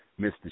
Mr